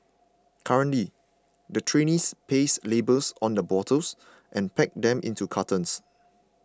currently the trainees paste labels on the bottles and pack them into cartons